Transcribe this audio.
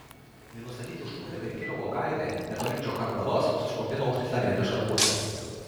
nenustatyti užpuolikai kirovo kaime netoli džochargalos susprogdino užtaisą greta šarvuočio